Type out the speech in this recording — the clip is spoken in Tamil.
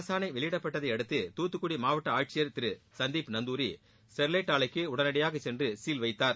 அரசாணை வெளியிடப்பட்டதை அடுத்து தூத்துக்குடி மாவட்ட ஆட்சியர் திரு சந்தீப் நந்துரி ஸ்டெர்லைட் ஆலைக்கு உடனடியாகச் சென்று சீர் வைத்தார்